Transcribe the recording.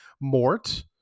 mort